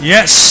Yes